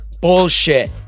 bullshit